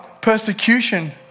persecution